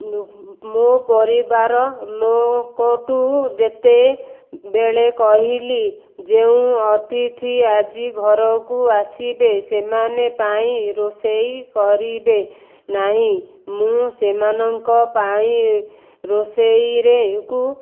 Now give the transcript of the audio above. ମୋ ପରିବାର ଲୋକଠୁ ଯେତେବେଳେ କହିଲି ଯେଉଁ ଅତିଥି ଆଜି ଘରକୁ ଆସିବେ ସେମାନେ ପାଇଁ ରୋଷେଇ କରିବେ ନାହିଁ ମୁଁ ସେମାନଙ୍କ ପାଇଁ ରୋଷେଇରେକୁ